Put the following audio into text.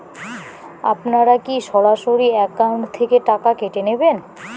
আপনারা কী সরাসরি একাউন্ট থেকে টাকা কেটে নেবেন?